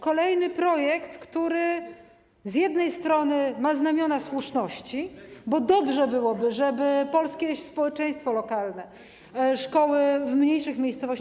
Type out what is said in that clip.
Kolejny projekt, który z jednej strony ma znamiona słuszności, bo dobrze byłoby, gdyby polskie społeczeństwo, szkoły w mniejszych miejscowościach.